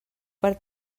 per